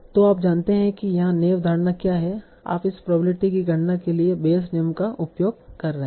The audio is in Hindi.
तो आप जानते हैं कि यहां नैव धारणा क्या है और आप इस प्रोबेबिलिटी की गणना के लिए बेयस नियम का उपयोग कर रहे हैं